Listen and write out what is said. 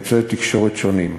בצורה אנונימית באמצעי תקשורת שונים.